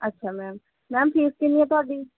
ਅੱਛਾ ma'am ma'am fees ਕਿੰਨੀਂ ਹੈ ਤੁਹਾਡੀ